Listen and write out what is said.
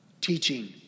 teaching